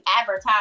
advertise